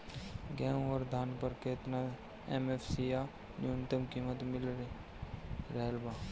गेहूं अउर धान पर केतना एम.एफ.सी या न्यूनतम कीमत मिल रहल बा?